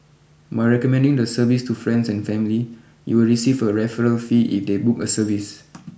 by recommending the service to friends and family you will receive a referral fee if they book a service